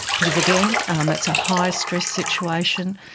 because, again, and that's a high stress situation,